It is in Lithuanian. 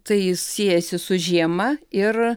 tai siejasi su žiema ir